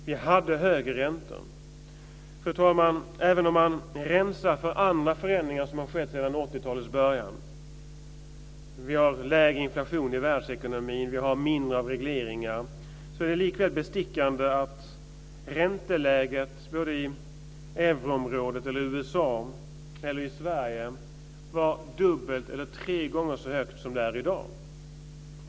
Vi hade högre räntor. Fru talman! Även om man rensar bort andra förändringar som har skett sedan 80-talets början - vi har lägre inflation i världsekonomin och mindre av regleringar - är det likväl bestickande att ränteläget både i euroområdet, USA och Sverige var dubbelt eller tre gånger så högt som det är i dag.